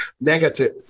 Negative